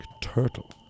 turtle